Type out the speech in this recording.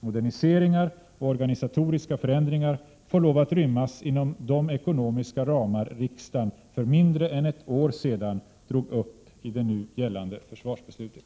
Moderniseringar och organisatoriska förändringar får lov att rymmas inom de ekonomiska ramar riksdagen för mindre än ett år sedan drog upp i det nu gällande försvarsbeslutet.